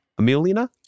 Emilina